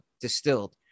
distilled